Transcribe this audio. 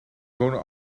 wonen